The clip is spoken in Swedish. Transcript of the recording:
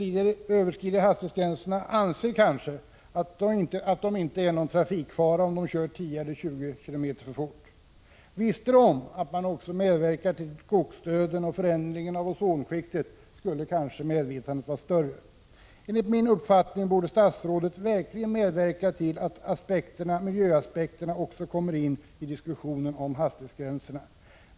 1985/86:110 hastighetsgränserna anser kanske att de inte är någon trafikfara om de kör 10 7 april 1986 eller 20 km för fort. Visste de att de också medverkar till skogsdöden och förändringen av ozonskiktet skulle kanske medvetenheten vara större. Enligt min uppfattning borde statsrådet verkligen medverka till att miljöaspekterna också kommer in i diskussionen om hastighetsgränserna.